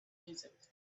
music